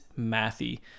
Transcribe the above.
mathy